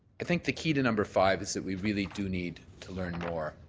i think the key to number five is that we really do need to learn more.